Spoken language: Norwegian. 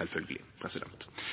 Uførereforma er